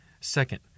Second